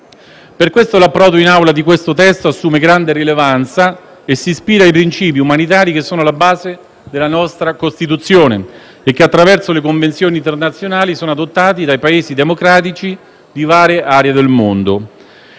Per questo l'approdo in Aula di questo testo assume grande rilevanza e si ispira ai principi umanitari che sono alla base della nostra Costituzione e che attraverso le convenzioni internazionali sono adottati dai Paesi democratici di varie aree del mondo.